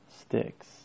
sticks